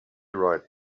right